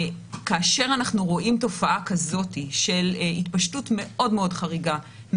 כאשר אנחנו רואים תופעה כזאת של התפשטות מאוד מאוד חריגה,